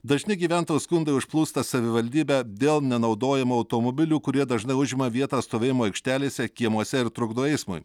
dažni gyventojų skundai užplūsta savivaldybę dėl nenaudojamų automobilių kurie dažnai užima vietą stovėjimo aikštelėse kiemuose ir trukdo eismui